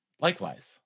Likewise